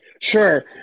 Sure